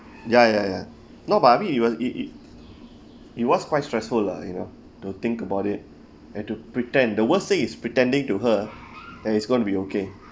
ya ya ya no but I mean it was it it it was quite stressful lah you know to think about it and to pretend the worst thing is pretending to her that it's gonna be okay